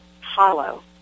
hollow